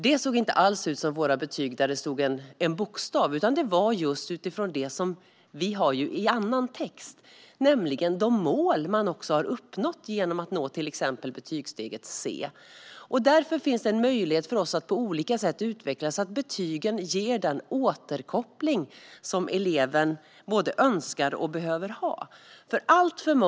Det såg inte alls ut som våra betyg, där det står en bokstav. Hans betyg liknade just det som vi har i annan text, nämligen de mål man har uppnått för till exempel betygssteg C. Det finns möjlighet för oss att utveckla betygen på olika sätt så att de kan ge den återkoppling som eleven både önskar och behöver.